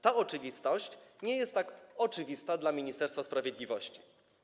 Ta oczywistość nie jest tak oczywista dla Ministerstwa Sprawiedliwości.